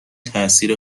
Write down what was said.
تأثیر